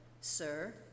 Sir